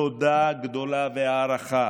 תודה גדולה והערכה